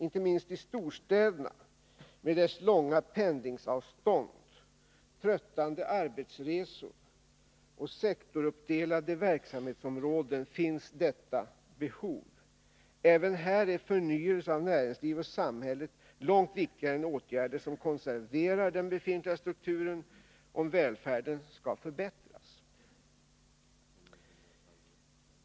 Inte minst i storstäderna med deras långa pendlingsavstånd, tröttande arbetsresor och sektoruppdelade verksamhetsområden finns detta behov. Även här är förnyelse av näringsliv och samhället långt viktigare än åtgärder som konserverar den befintliga strukturen, om välfärden skall förbättras.